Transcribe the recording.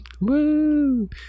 Woo